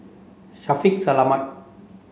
Shaffiq Selamat